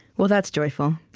well, that's joyful.